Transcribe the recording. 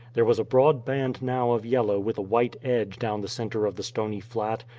there was a broad band now of yellow with a white edge down the center of the stony flat,